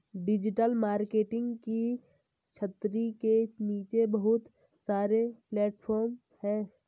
digital marketing की छतरी के नीचे बहुत सारे प्लेटफॉर्म हैं